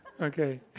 Okay